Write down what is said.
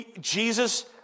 Jesus